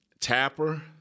Tapper